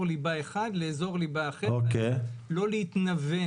ליבה אחד לאזור ליבה אחר ולא להתנוון.